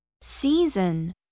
season